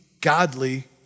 godly